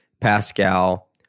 Pascal